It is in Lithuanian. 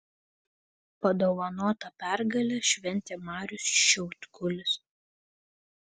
padovanotą pergalę šventė marius šiaudkulis